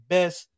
Best